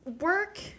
Work